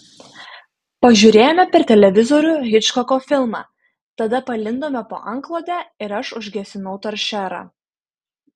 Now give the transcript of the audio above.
pažiūrėjome per televizorių hičkoko filmą tada palindome po antklode ir aš užgesinau toršerą